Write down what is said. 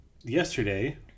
Yesterday